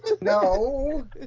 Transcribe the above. No